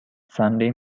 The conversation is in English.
sunday